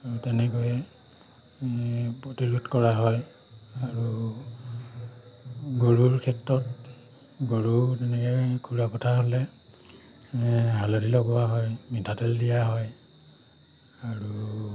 আৰু তেনেকৈয়ে প্ৰতিৰোধ কৰা হয় আৰু গৰুৰ ক্ষেত্ৰত গৰুৰ তেনেকে খুৰা ফটা হ'লে হালধি লগোৱা হয় মিঠাতেল দিয়া হয় আৰু